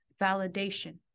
validation